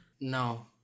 no